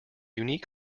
unique